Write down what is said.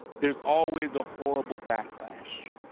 there's always a horrible backlash.